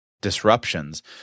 disruptions